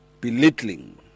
belittling